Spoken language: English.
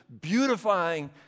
beautifying